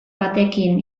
batekin